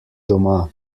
doma